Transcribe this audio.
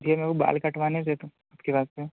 जी मैं वह बाल कटवाने थे तो उसके बाद से